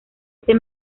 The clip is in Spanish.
este